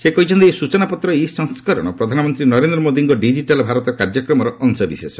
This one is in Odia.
ସେ କହିଛନ୍ତି ଏହି ସୂଚନାପତ୍ରର ଇ ସଂସ୍କରଣ ପ୍ରଧାନମନ୍ତ୍ରୀ ନରେନ୍ଦ୍ର ମୋଦିଙ୍କ ଡିଜିଟାଲ୍ ଭାରତ କାର୍ଯ୍ୟକ୍ରମର ଅଂଶବିଶେଷ